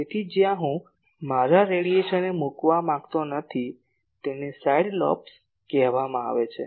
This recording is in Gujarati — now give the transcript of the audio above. તેથી જ્યાં હું મારા રેડિયેશનને મૂકવા માંગતો નથી જેને સાઇડ લોબ્સ કહેવામાં આવે છે